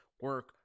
work